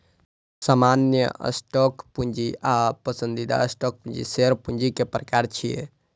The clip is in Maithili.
सामान्य स्टॉक पूंजी आ पसंदीदा स्टॉक पूंजी शेयर पूंजी के प्रकार छियै